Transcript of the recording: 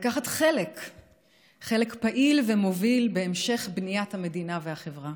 לקחת חלק פעיל ומוביל בהמשך בניית המדינה והחברה